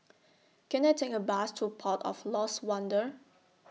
Can I Take A Bus to Port of Lost Wonder